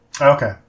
Okay